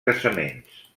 casaments